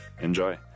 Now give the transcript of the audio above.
Enjoy